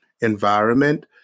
environment